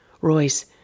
Royce